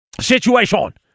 situation